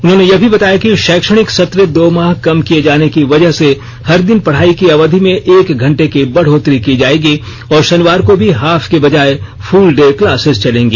उन्होंने यह भी बताया कि शैक्षपिाक सत्र दो माह कम किए जाने की वजह से हर दिन पढ़ाई की अवधि में एक घंटे की बढ़ोत्तरी की जाएगी और शनिवार को भी हॉफ की बजाय फूल डे क्लासेज चलेंगी